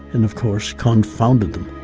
and of course, confounded them.